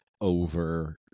over